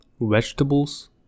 vegetables